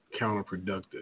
counterproductive